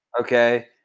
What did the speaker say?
okay